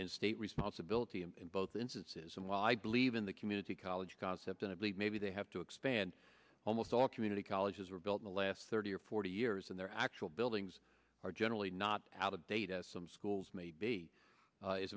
state responsibility in both instances and while i believe in the community college concept and i believe maybe they have to expand almost all community colleges were built in the last thirty or forty years and their actual buildings are generally not out of date as some schools may be